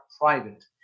private